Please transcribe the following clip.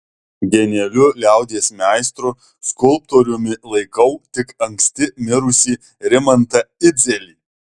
genialiu liaudies meistru skulptoriumi laikau tik anksti mirusį rimantą idzelį